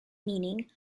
meaning